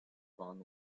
phone